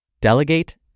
Delegate